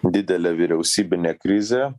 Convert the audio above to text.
didelė vyriausybinė krizė